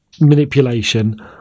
manipulation